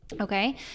Okay